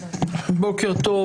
בוקר טוב,